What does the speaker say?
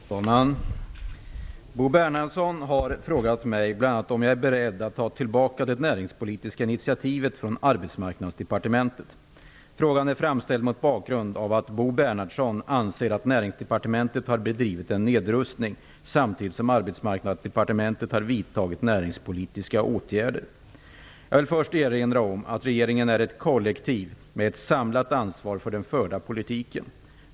Fru talman! Bo Bernhardsson har frågat mig bl.a. om jag är beredd att ta tillbaka det näringspolitiska initiativet från Arbetsmarknadsdepartementet. Frågan är framställd mot bakgrund av att Bo Bernhardsson anser att Näringsdepartementet har bedrivit en nedrustning, samtidigt som Arbetsmarknadsdepartementet har vidtagit näringspolitiska åtgärder. Jag vill först erinra om att regeringen är ett kollektiv med ett samlat ansvar för den förda politiken.